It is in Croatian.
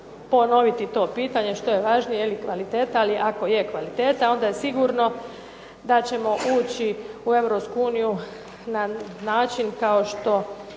ponoviti to pitanje što je važnije ili kvaliteta, ali ako je kvaliteta onda je sigurno da ćemo ući u Europsku uniju na način kao što